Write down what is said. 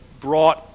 brought